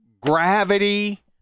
gravity